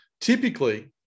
typically